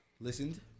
listened